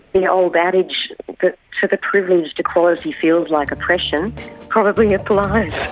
the old adage that to the privileged, equality feels like oppression' and probably applies.